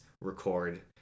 record